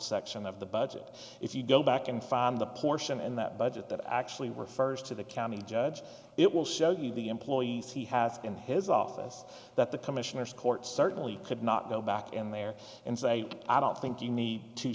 section of the budget if you go back and found the portion in that budget that actually refers to the county judge it will show you the employees he has in his office that the commissioner's court certainly could not go back in there and say i don't think you need t